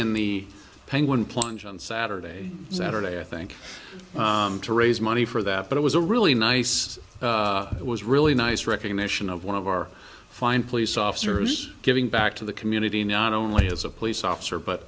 in the penguin plunge on saturday saturday i think to raise money for that but it was a really nice it was really nice recognition of one of our fine police officers giving back to the community not only as a police officer but